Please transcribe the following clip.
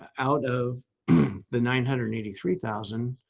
out of the nine hundred and eighty three thousand